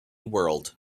world